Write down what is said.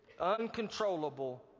uncontrollable